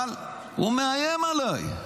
אבל הוא מאיים עליי: